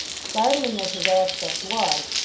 startling as his aspect was,